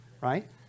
right